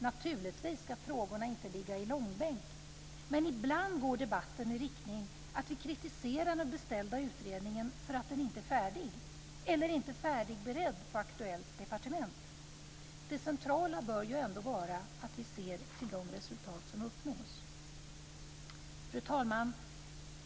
Naturligtvis ska frågorna inte ligga i långbänk, men ibland går debatten i riktningen att vi kritiserar den beställda utredningen för att den inte är färdig, eller inte färdigberedd på aktuellt departement. Det centrala bör ju ändå vara att vi ser till de resultat som uppnås. Fru talman!